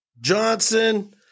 Johnson